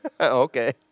Okay